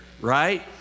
right